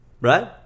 Right